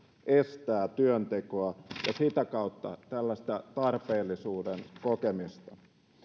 estää työntekoa ja sitä kautta saadaan tällaista tarpeellisuuden kokemusta